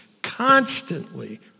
Constantly